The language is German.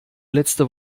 letzte